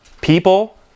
People